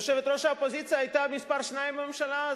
יושבת-ראש האופוזיציה היתה מספר שתיים בממשלה הזאת,